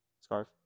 scarf